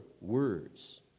words